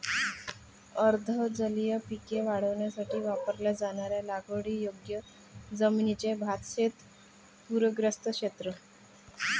अर्ध जलीय पिके वाढवण्यासाठी वापरल्या जाणाऱ्या लागवडीयोग्य जमिनीचे भातशेत पूरग्रस्त क्षेत्र